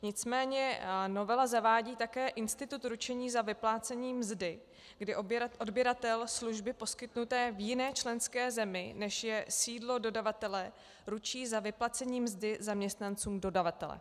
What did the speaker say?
Nicméně novela zavádí také institut ručení za vyplácení mzdy, kdy odběratel služby poskytnuté v jiné členské zemi, než je sídlo dodavatele, ručí za vyplacení mzdy zaměstnancům dodavatele.